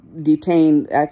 detained